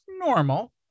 normal